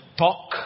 talk